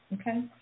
okay